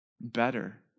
better